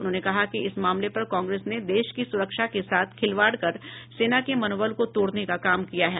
उन्होंने कहा कि इस मामले पर कांग्रेस ने देश की सूरक्षा के साथ खिलवाड़ कर सेना के मनोबल को तोड़ने का काम किया है